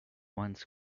once